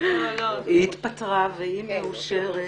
היא התפטרה והיא מאושרת.